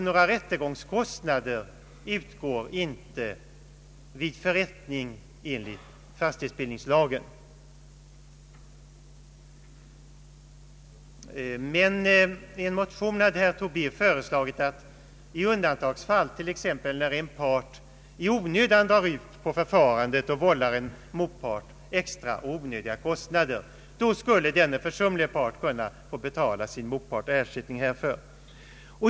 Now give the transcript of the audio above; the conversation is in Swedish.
Några rättegångskostnader utgår inte vid förrättning enligt fastighetsbildningslagen, men i en motion har herr Tobé föreslagit att i undantagsfall, t.ex. när en part i onödan drar ut på förfarandet och vållar en mot part extra och onödiga kostnader, då skulle denne försumlige part få betala sin motpart ersättning härför.